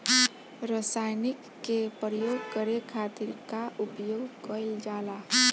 रसायनिक के प्रयोग करे खातिर का उपयोग कईल जाला?